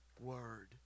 Word